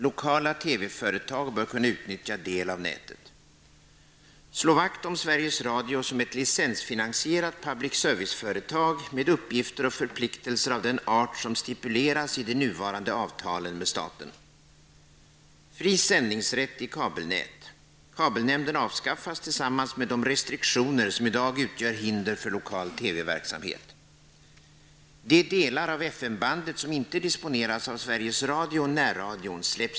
Lokala TV-företag bör kunna utnyttja del av nätet. Slå vakt om Sveriges Radio som ett licensfinansierat public service-företag med uppgifter och förpliktelser av den art som stipuleras i de nuvarande avtalen med staten.